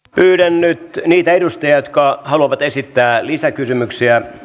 pyydän nyt niitä edustajia jotka haluavat esittää lisäkysymyksiä